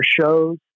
shows